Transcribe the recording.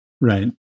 Right